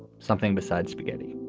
something besides spaghetti